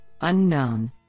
unknown